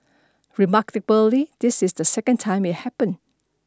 remarkably this is the second time it happened